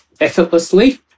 effortlessly